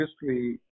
history